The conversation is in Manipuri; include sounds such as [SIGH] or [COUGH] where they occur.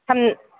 [UNINTELLIGIBLE]